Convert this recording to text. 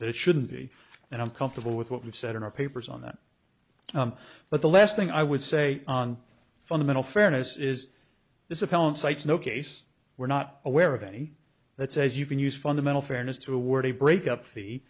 that it shouldn't be and i'm comfortable with what we've said in our papers on that but the last thing i would say on fundamental fairness is this appellant cites no case we're not aware of any that says you can use fundamental fairness to award a break up